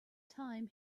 time